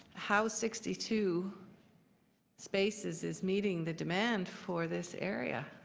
how sixty two spaces is meeting the demand for this area